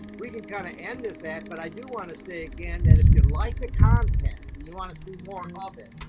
we can kinda end this set, but i do wanna say again that if you like the content and you wanna see more of it,